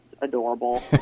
adorable